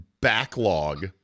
backlog